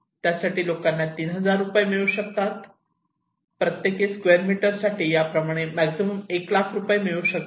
त्यासाठी लोकांना 3000 रुपये प्रत्येक स्क्वेअर मीटर साठी याप्रमाणे मॅक्सिमम एक लाख रुपये मिळू शकतात